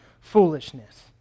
foolishness